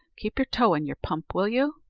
keep your toe in your pump, will you?